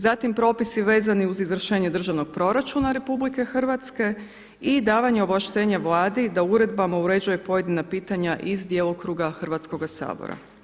Zatim propisi vezani uz izvršenje državnog proračuna RH i davanje ovlaštenja Vladi da uredbama uređuje pojedina pitanja iz djelokruga Hrvatskoga sabora.